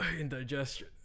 indigestion